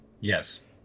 yes